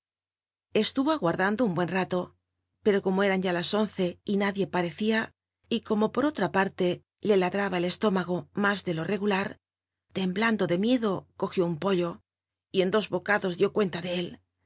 esturo aguardando un buen ralo pero como eran ya las once l n ulic panlia y com j por otra parte le ladraba el eslcílllt o ná de lo regular tentllamlo do miedo cogió un pollo y en dos bocados tlió cuenta ele él